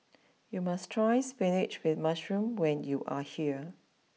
you must try spinach with Mushroom when you are here